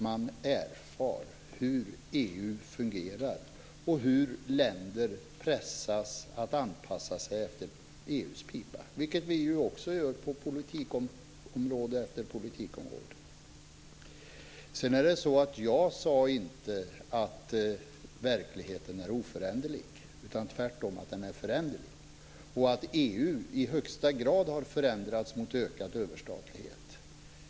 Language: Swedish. Man erfar hur EU fungerar och hur länder pressas att anpassa sig till EU, vilket också Sverige gör på politikområde efter politikområde. Jag sade inte att verkligheten är oföränderlig utan tvärtom att den är föränderlig och att EU i högsta grad har förändrats mot ökad överstatlighet.